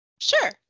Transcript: Sure